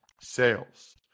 sales